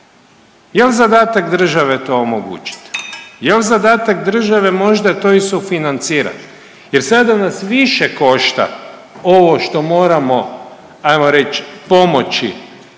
Jel' zadatak države to omogućiti? Jel' zadatak države možda to i sufinancirati? Jer sada nas više košta ovo što moramo hajmo reći pomoći